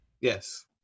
Yes